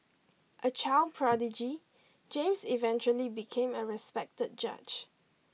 a child prodigy James eventually became a respected judge